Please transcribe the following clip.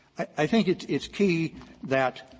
i think it it's key that